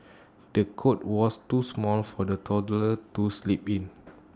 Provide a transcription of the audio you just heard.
the cot was too small for the toddler to sleep in